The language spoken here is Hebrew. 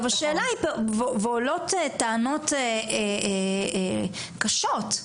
ועולות טענות קשות.